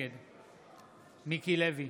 נגד מיקי לוי,